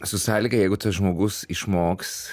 su sąlyga jeigu tas žmogus išmoks